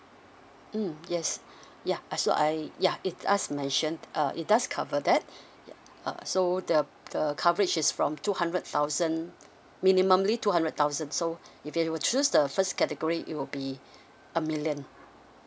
mm yes ya I so I ya it does mentioned uh it does cover that uh so the the coverage is from two hundred thousand minimally two hundred thousand so if you were to choose the first category it will be a million